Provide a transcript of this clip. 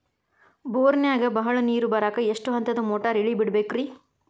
ಬೋರಿನಾಗ ಬಹಳ ನೇರು ಬರಾಕ ಎಷ್ಟು ಹಂತದ ಮೋಟಾರ್ ಇಳೆ ಬಿಡಬೇಕು ರಿ?